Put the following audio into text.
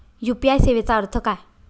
UPI सेवेचा अर्थ काय?